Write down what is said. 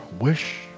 wish